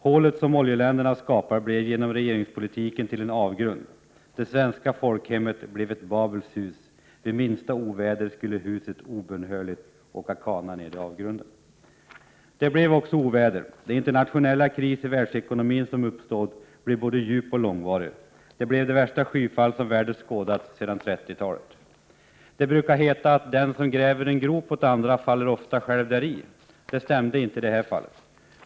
Hålet som oljeländerna skapade blev genom regeringspolitiken till en avgrund. Det svenska folkhemmet blev ett Babels hus. Vid minsta oväder skulle huset obönhörligt åka kana ned i avgrunden. Det blev också oväder. Den internationella kris i världsekonomin som uppstod blev både djup och långvarig. Det blev det värsta skyfall som världen skådat sedan 30-talet. Det brukar heta att den som gräver en grop åt andra ofta faller själv däri. — Prot. 1987/88:47 Det stämde inte i detta fall.